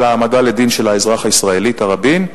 על ההעמדה לדין של האזרח הישראלי תראבין,